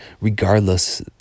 regardless